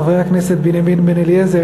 חברי הכנסת בנימין בן-אליעזר,